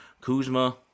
Kuzma